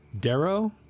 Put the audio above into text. Darrow